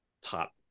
top